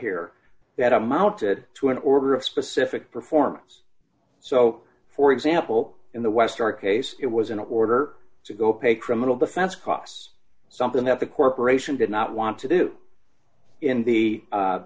here that amounted to an order of specific performance so for example in the west our case it was in order to go up a criminal defense costs something that the corporation did not want to do in the